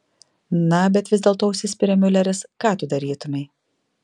na bet vis dėlto užsispiria miuleris ką tu darytumei